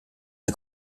der